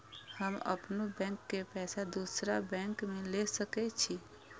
हम अपनों बैंक के पैसा दुसरा बैंक में ले सके छी?